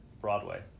Broadway